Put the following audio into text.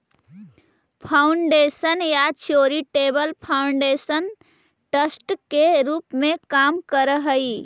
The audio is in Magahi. फाउंडेशन या चैरिटेबल फाउंडेशन ट्रस्ट के रूप में काम करऽ हई